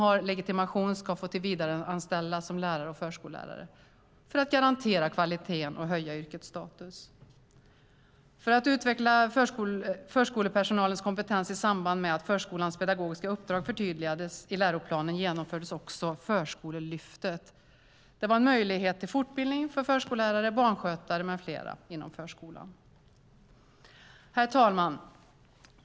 För att garantera kvaliteten och höja yrkets status ska endast den som har legitimation få tillsvidareanställas som lärare och förskollärare. För att utveckla förskolepersonalens kompetens i samband med att förskolans pedagogiska uppdrag förtydligades i läroplanen genomfördes också Förskolelyftet. Det var en möjlighet till fortbildning för förskollärare, barnskötare med flera inom förskolan. Herr talman!